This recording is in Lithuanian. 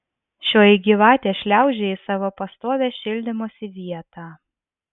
šioji gyvatė šliaužė į savo pastovią šildymosi vietą